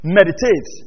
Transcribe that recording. meditate